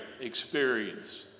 experience